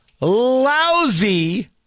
Lousy